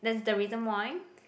that's the reason why